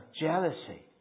jealousy